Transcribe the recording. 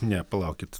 ne palaukit